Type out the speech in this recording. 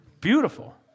Beautiful